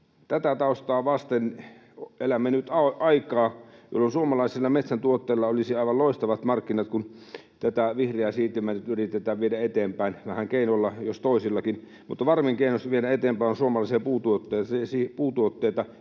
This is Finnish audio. Tätä taustaa vasten, kun elämme nyt aikaa, jolloin suomalaisilla metsätuotteilla olisi aivan loistavat markkinat, kun tätä vihreää siirtymää nyt yritetään viedä eteenpäin vähän keinolla jos toisellakin, niin varmin keino viedä eteenpäin suomalaisia puutuotteita